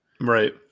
right